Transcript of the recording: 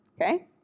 Okay